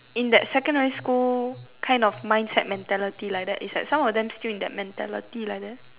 in that secondary school kind of mindset mentality like that is like some of them still in that mentality like that